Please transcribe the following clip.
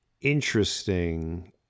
interesting